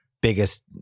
biggest